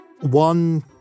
One